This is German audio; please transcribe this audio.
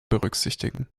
berücksichtigen